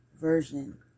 version